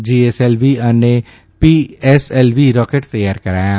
GSLV અને PSLV rocket તૈયાર કરાયાં